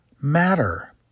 matter